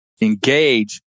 engage